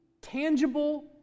tangible